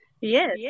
yes